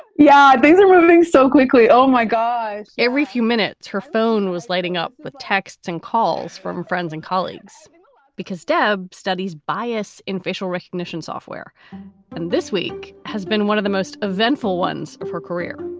yeah, they were moving so quickly. oh, my god every few minutes, her phone was lighting up with texts and calls from friends and colleagues because deb studies bias in facial recognition software and this week has been one of the most eventful ones of her career